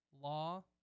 Law